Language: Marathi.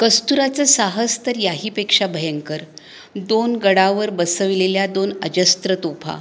कस्तुराचं साहस तर याही पेक्षा भयंकर दोन गडावर बसविलेल्या दोन अजस्त्र तोफा